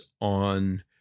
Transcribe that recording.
on